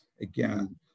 again